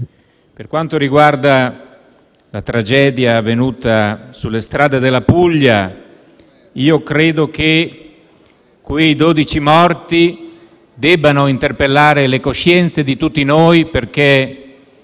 Per quanto riguarda la tragedia avvenuta sulle strade della Puglia, credo che quei dodici morti debbano interpellare le coscienze di tutti noi, perché